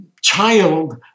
child